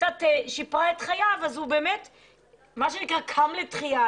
שקצת שיפרה את חייו והוא קם לתחיה.